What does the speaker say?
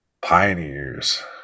Pioneers